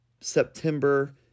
September